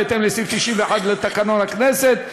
בהתאם לסעיף 91 לתקנון הכנסת,